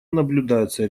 наблюдается